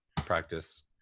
practice